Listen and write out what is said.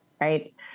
right